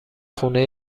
خونه